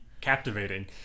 captivating